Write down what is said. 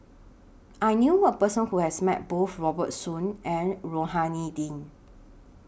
I knew A Person Who has Met Both Robert Soon and Rohani Din